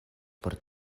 por